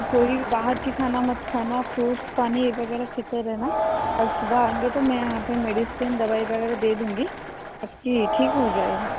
कोई भी बाहर का खाना मत खाना फ्रूट्स पानी वग़ैरह पीते रहना कल सुबह आएंगे तो मैं यहाँ पर मेडिसिन दवाई वग़ैरह दे दूँगी आपकी ठीक हो जाएगी